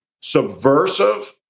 subversive